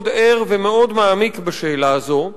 מאוד ער ומאוד מעמיק בשאלה הזו,